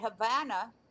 havana